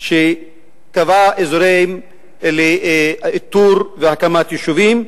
שקבעה אזורים לאיתור והקמה של יישובים,